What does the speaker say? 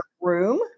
room